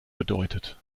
bedeutet